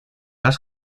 las